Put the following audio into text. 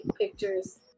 pictures